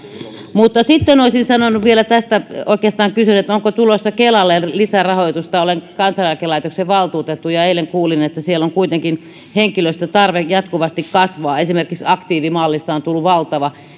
mutta sitten olisin sanonut vielä tästä tai oikeastaan kysynyt onko tulossa kelalle lisärahoitusta olen kansaneläkelaitoksen valtuutettu ja eilen kuulin että siellä kuitenkin henkilöstötarve jatkuvasti kasvaa esimerkiksi aktiivimallista on tullut valtava